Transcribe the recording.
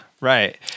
right